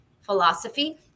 philosophy